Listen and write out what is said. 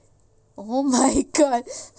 oh my god